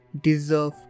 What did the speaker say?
deserve